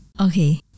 Okay